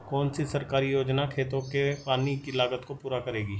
कौन सी सरकारी योजना खेतों के पानी की लागत को पूरा करेगी?